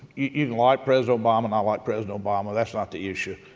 you can like president obama, not like president obama, that's not the issue.